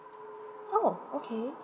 oh okay